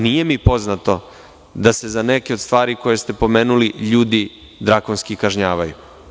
Nije mi poznato da se za neke od stvari koje ste pomenuli ljudi drakonski kažnjavaju.